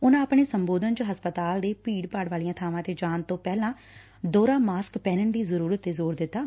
ਉਨਾਂ ਆਪਣੇ ਸੰਬੋਧਨ ਵਿਚ ਹਸਪਤਾਲ ਤੇ ਭੀਤ ਭਾਤ ਵਾਲੀਆਂ ਬਾਵਾਂ ਤੇ ਜਾਣ ਤੋਂ ਪਹਿਲਾਂ ਦੋਹਰਾ ਮਾਸਕ ਪਹਿਣਨ ਦੀ ਜ਼ਰੁਰਤ ਤੇ ਜ਼ੋਰ ਦਿੱਤਾਂ